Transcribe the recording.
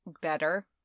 better